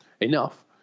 enough